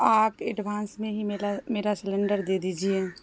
آپ ایڈوانس میں ہی میرا میرا سلینڈر دے دیجیے